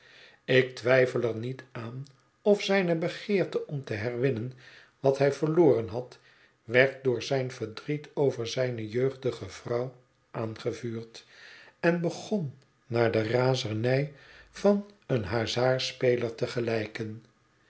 ik twijfel er niet aan of zijne begeerte om te herwinnen wat hij verloren had werd door zijn verdriet over zijne jeugdige vrouw aangevuurd en begon naar de razernij van een hazardspeler te